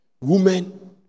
women